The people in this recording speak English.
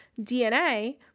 DNA